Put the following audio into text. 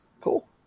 Cool